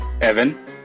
Evan